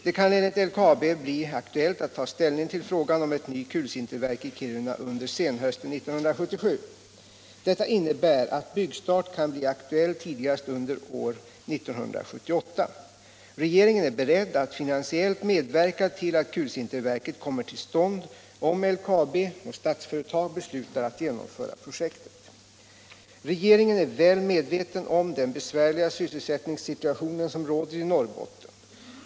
Det kan enligt LKAB bli aktuellt att ta ställning till frågan om ett nytt kulsinterverk i Kiruna under senhösten 1977. Detta innebär att byggstart kan bli aktuell tidigast under år 1978. Regeringen är beredd att finansiellt medverka till att kulsinterverket kommer till stånd om LKAB och Statsföretag beslutar att genomföra projektet. Regeringen är väl medveten om den besvärliga sysselsättningssituation som råder i Norrbotten.